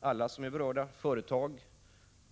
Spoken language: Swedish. Alla berörda — företag,